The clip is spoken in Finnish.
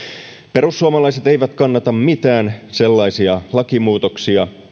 perussuomalaiset eivät kannata mitään sellaisia lakimuutoksia